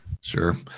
Sure